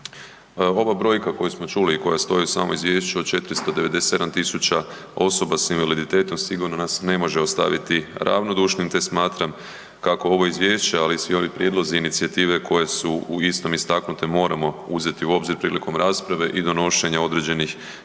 Ova brojka koju smo čuli i koja stoji u samom izvješću od 497 tisuća osoba s invaliditetom sigurno nas ne može ostaviti ravnodušnim te smatram kako ovo izvješće, ali i svi ovi prijedlozi i inicijative koje su u istom istaknute, moramo uzeti u obzir prilikom rasprave i donošenja određenih